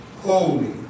holy